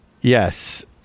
Yes